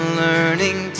learning